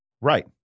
Right